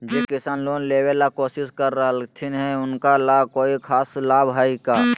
जे किसान लोन लेबे ला कोसिस कर रहलथिन हे उनका ला कोई खास लाभ हइ का?